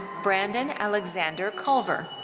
brandon alexander culver.